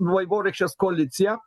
vaivorykštės koaliciją